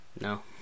No